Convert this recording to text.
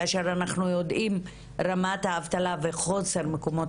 כאשר אנחנו יודעים את רמת האבטלה וחוסר מקומות